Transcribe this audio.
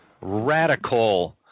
radical